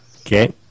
Okay